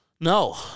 No